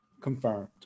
confirmed